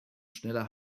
schneller